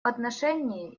отношении